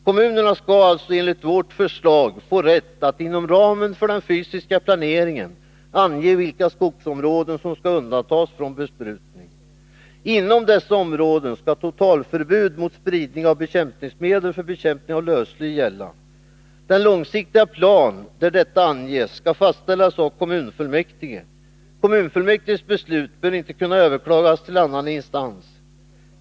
Kommunerna skall således, enligt vårt förslag, få rätt att inom ramen för den fysiska planeringen ange vilka skogsområden som skall undantas från besprutning. Inom dessa områden skall totalförbud mot spridning av bekämpningsmedel för bekämpning av lövsly gälla. Den långsiktiga plan där detta anges skall fastställas av kommunfullmäktige. Kommunfullmäktiges beslut bör inte kunna överklagas till annan instans.